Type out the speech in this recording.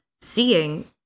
Seeing